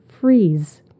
freeze